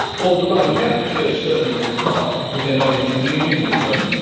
well, the roman catholic church certainly would not, because they're not in communion with them.